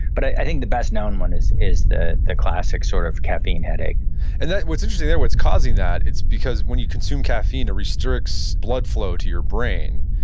but i think the best known one is is the the classic sort of caffeine headache and what's interesting there, what's causing that, it's because when you consume caffeine it restricts blood flow to your brain,